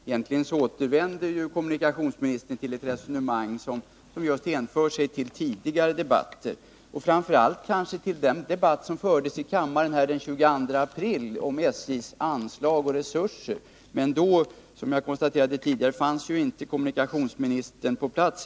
Egentligen återvänder kommunikationsministern till sådant som hänför sig till tidigare debatter, och framför allt till den debatt som fördes i kammaren den 22 april om SJ:s anslag och resurser. Men då fanns — som jag konstaterade tidigare — kommunikationsministern inte på plats.